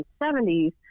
1970s